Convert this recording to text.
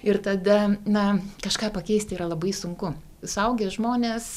ir tada na kažką pakeist yra labai sunku suaugę žmonės